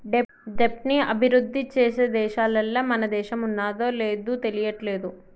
దెబ్ట్ ని అభిరుద్ధి చేసే దేశాలల్ల మన దేశం ఉన్నాదో లేదు తెలియట్లేదు